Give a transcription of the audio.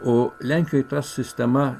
o lenkijoj ta sistema